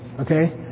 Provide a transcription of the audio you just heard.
Okay